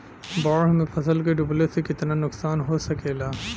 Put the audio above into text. बाढ़ मे फसल के डुबले से कितना नुकसान हो सकेला?